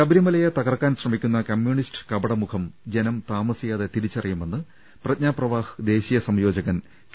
ശബരിമലയെ തകർക്കാൻ ശ്രമിക്കുന്ന കമ്മ്യൂണിസ്റ്റ് കപടമുഖം ജനം താമസിയാതെ തിരിച്ചറിയുമെന്ന് പ്രജ്ഞാപ്രവാഹ് ദേശീയ സംയോ ജകൻ കെ